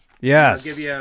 Yes